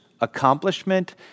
accomplishment